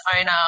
owner